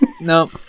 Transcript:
No